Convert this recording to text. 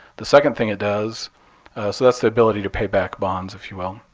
the second thing it does so that's the ability to pay back bonds, if you will.